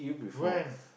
when